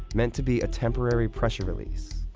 meant to be a temporary pressure release.